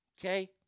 Okay